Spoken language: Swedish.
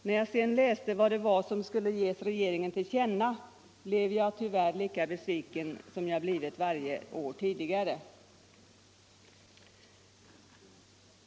När jag sedan läste vad som skulle ges regeringen till känna blev jag tyvärr lika besviken som jag blivit varje år tidigare.